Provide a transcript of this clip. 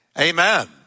Amen